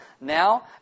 now